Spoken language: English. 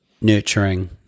nurturing